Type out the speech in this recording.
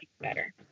better